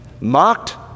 Mocked